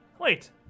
Wait